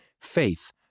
Faith